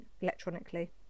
electronically